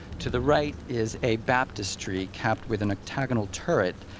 to the right is a baptistery capped with an octagonal turret.